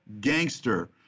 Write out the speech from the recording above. gangster